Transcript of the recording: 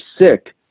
sick